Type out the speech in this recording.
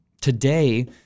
Today